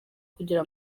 kugira